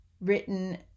written